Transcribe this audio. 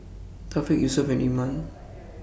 Thaqif Yusuf and Iman